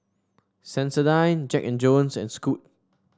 Sensodyne Jack And Jones and Scoot